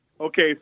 Okay